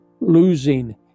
losing